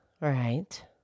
Right